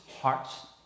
hearts